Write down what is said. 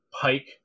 pike